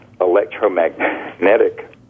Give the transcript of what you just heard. electromagnetic